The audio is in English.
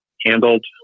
handled